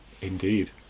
Indeed